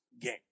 game